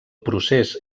procés